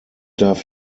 darf